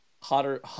hotter